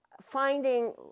Finding